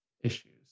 issues